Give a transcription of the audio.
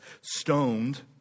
stoned